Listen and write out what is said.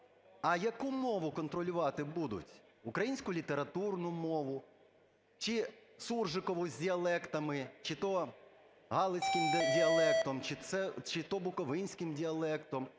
а яку мову контролювати будуть? Українську літературну мову чи суржикову з діалектами, чи то галицьким діалектом, чи то буковинським діалектом,